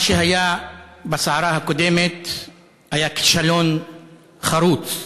מה שהיה בסערה הקודמת היה כישלון חרוץ,